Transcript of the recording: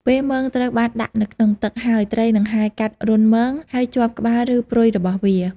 ពេលមងត្រូវបានដាក់នៅក្នុងទឹកហើយ ត្រីនឹងហែលកាត់រន្ធមងហើយជាប់ក្បាលឬព្រុយរបស់វា។